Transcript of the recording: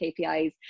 KPIs